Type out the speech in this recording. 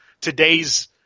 today's